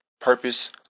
Purpose